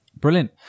Brilliant